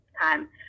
time